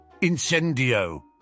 Incendio